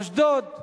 אשדוד.